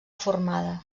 formada